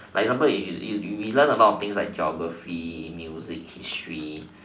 like for example you you we learn a lot of things like geography music history